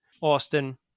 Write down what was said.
Austin